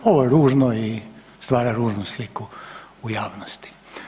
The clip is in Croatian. Ovo je ružno i stvara ružnu sliku u javnosti.